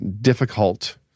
difficult